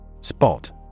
Spot